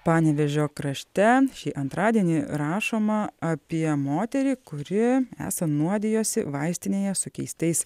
panevėžio krašte šį antradienį rašoma apie moterį kuri esą nuodijosi vaistinėje su keistais